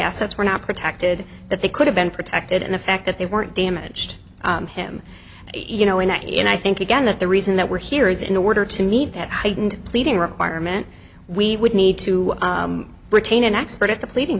assets were not protected that they could have been protected in effect that they weren't damaged him you know and and i think again that the reason that we're here is in order to meet that heightened pleading requirement we would need to retain an expert at the pleading